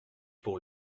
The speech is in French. pour